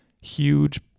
huge